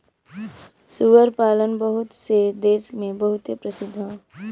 सूअर पालन बहुत से देस मे बहुते प्रसिद्ध हौ